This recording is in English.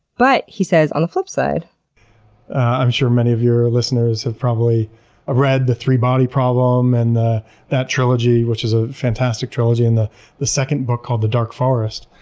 but, he says, on the flip side i'm sure many of your listeners have probably read the three body problem and that trilogy, which is a fantastic trilogy and the the second book called the dark forest,